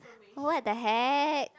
what the heck